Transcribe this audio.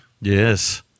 yes